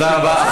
תודה רבה.